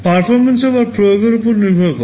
performance আবার প্রয়োগের উপর নির্ভর করে